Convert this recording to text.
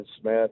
Smith